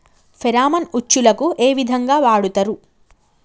Pheromone ఉచ్చులకు ఏ విధంగా వాడుతరు?